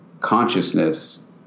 consciousness